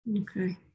Okay